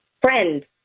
Friend